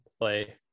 play